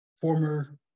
former